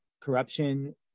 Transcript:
corruption